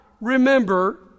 remember